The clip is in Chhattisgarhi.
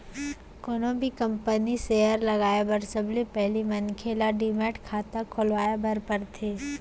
कोनो भी कंपनी म सेयर लगाए बर सबले पहिली मनखे ल डीमैट खाता खोलवाए बर परथे